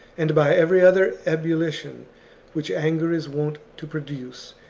and by every other ebullition which anger is wont to produce,